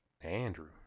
Andrew